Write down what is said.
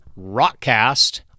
ROCKCAST